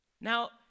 Now